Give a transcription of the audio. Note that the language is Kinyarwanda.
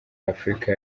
afurika